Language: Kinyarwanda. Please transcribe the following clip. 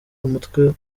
umutwe